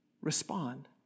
respond